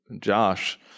Josh